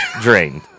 drained